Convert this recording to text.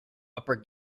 upper